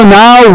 now